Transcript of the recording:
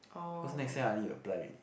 cause next year I need to apply already